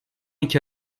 iki